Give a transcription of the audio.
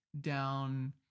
down